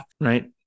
right